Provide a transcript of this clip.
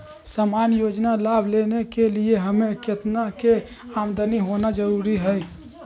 सामान्य योजना लाभ लेने के लिए हमें कितना के आमदनी होना जरूरी है?